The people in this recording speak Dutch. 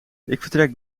vertrek